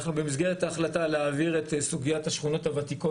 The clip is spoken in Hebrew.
אנחנו במסגרת ההחלטה להעביר את סוגיית השכונות הוותיקות